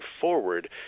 forward